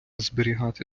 зберігати